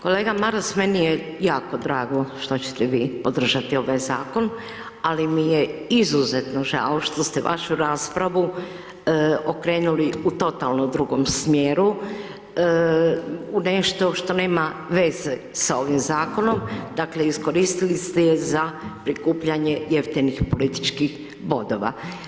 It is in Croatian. Kolega Maras, meni je jako drago što ćete vi podržati ovaj zakon, ali mi je izuzetno žao što ste vašu raspravu okrenuli u totalno drugom smjeru u nešto što nema veze sa ovim zakonom, dakle iskoristili ste ju za prikupljanje jeftinih političkih bodova.